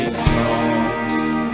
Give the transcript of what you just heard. strong